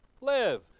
live